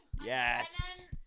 Yes